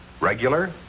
regular